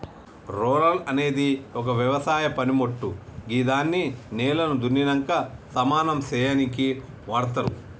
roller అనేది ఒక వ్యవసాయ పనిమోట్టు గిదాన్ని నేలను దున్నినంక సమానం సేయనీకి వాడ్తరు